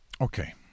okay